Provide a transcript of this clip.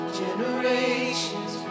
generations